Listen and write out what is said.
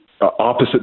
opposite